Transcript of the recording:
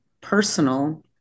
personal